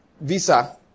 visa